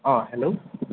অ hello